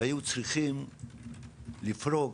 והיו צריכים לפרוק